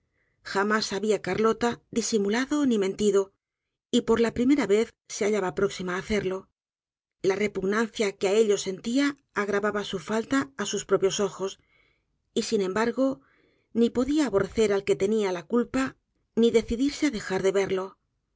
jamás había carlota disimulado ni mentido y por la primera vez se hallaba próxima á hacerlo la repugnancia que á ello sentía agravaba su falta á sus propios ojos y sin embargo ni podía aborrecer al que tenia la culpa ni decidirse á dejar de verlo